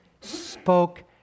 spoke